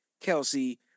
Kelsey